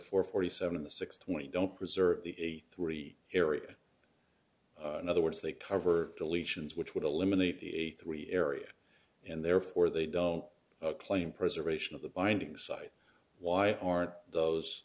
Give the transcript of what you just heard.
four forty seven the six twenty don't preserve the three area in other words they cover deletions which would eliminate the a three area and therefore they don't claim preservation of the binding site why are those